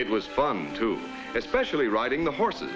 it was fun to especially riding the horses